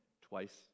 twice